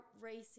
racing